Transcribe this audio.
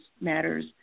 matters